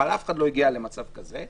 אבל אף אחד לא הגיע למצב כזה.